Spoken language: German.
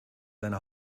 seine